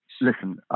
Listen